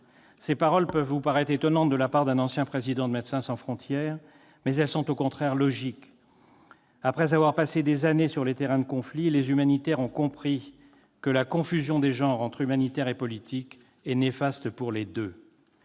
Ces paroles peuvent vous paraître étonnantes de la part d'un ancien président de Médecins sans frontières, mais elles sont au contraire logiques. Après avoir passé des années sur les terrains de conflit, les humanitaires ont compris que la confusion des genres entre humanitaire et politique est néfaste pour les deux.